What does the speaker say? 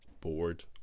bored